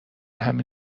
همین